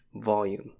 volume